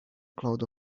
cloud